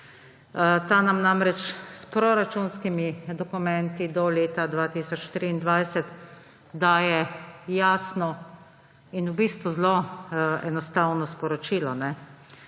Ta nam namreč s proračunskimi dokumenti do leta 2023 daje jasno in v bistvu zelo enostavno sporočilo: